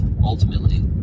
ultimately